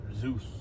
Zeus